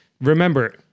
Remember